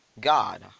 god